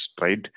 right